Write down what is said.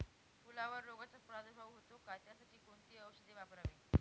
फुलावर रोगचा प्रादुर्भाव होतो का? त्यासाठी कोणती औषधे वापरावी?